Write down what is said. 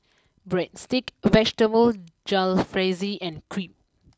Breadsticks Vegetable Jalfrezi and Crepe